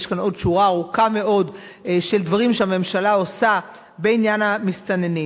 ויש כאן עוד שורה ארוכה מאוד של דברים שהממשלה עושה בעניין המסתננים,